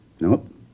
Nope